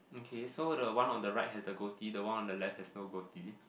okay so the one on the right have the goatie the one on the left has no goatie